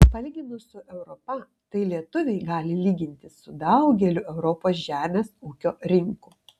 palyginus su europa tai lietuviai gali lygintis su daugeliu europos žemės ūkio rinkų